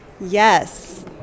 Yes